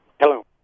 Hello